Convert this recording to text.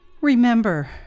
Remember